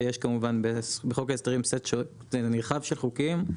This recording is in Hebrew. שיש כמובן בחוק ההסדרים סט נרחב של חוקים,